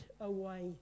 away